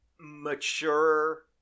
mature